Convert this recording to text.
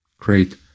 Great